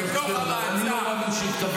בתוך המעצר ---- אני לא מאמין שהתכוונת לזה.